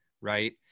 right